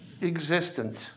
existence